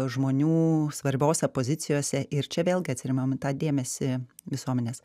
žmonių svarbiose pozicijose ir čia vėlgi atsiremiam į tą dėmesį visuomenės